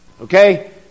Okay